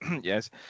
yes